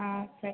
சரி